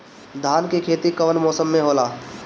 धान के खेती कवन मौसम में होला?